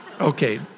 okay